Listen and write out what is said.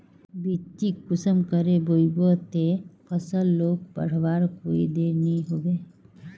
बिच्चिक कुंसम करे बोई बो ते फसल लोक बढ़वार कोई देर नी होबे?